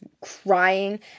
crying